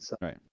Right